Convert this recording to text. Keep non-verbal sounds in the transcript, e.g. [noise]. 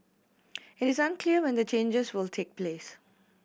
[noise] it is unclear when the changes will take place